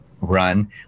run